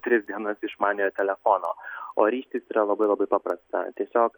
tris dienas išmaniojo telefono o ryžtis yra labai labai paprasta tiesiog